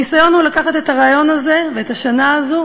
הניסיון הוא לקחת את הרעיון הזה ואת השנה הזו